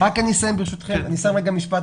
אחרי שבוע פלוס שלושה שבועות פלוס נוסיף פרק